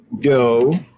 go